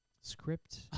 script